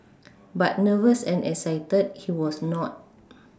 but nervous and excited he was not